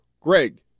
Greg